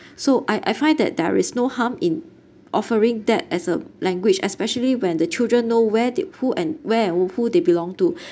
so I I find that there is no harm in offering that as a language especially when the children know where the~ who and where or who they belong to